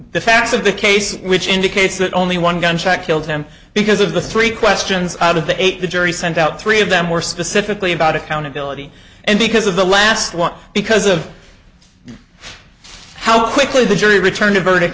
the facts of the case which indicates that only one gun check killed him because of the three questions out of the eight the jury sent out three of them were specifically about accountability and because of the last one because of how quickly the jury returned a verdict